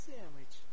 Sandwich